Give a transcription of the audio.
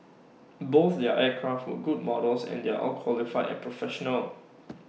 both their aircraft were good models and they're all qualified and professional